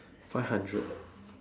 five hundred